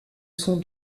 son